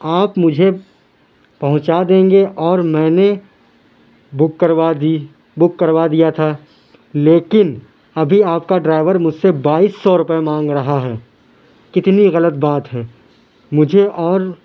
آپ مجھے پہونچا دیں گے اور میں نے بک کروا دی بک کروا دیا تھا لیکن ابھی آپ کا ڈرائیور مجھے سے بائیس سو روپے مانگ رہا ہے کتنی غلط بات ہے مجھے اور